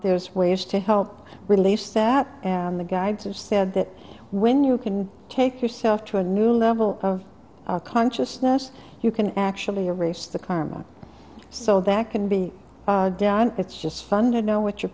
there's ways to help release that and the guy just said that when you can take yourself to a new level of consciousness you can actually a race the karma so that can be done it's just fun to know what your